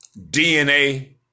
DNA